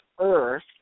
earth